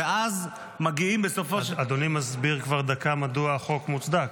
ואז מגיעים בסופו של --- אדוני מסביר כבר דקה מדוע החוק מוצדק.